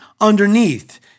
underneath